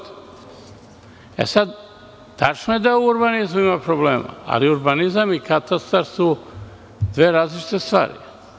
Tačno je da u urbanizmu ima problema, ali urbanizam i katastar su dve različite stvari.